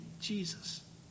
Jesus